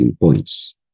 points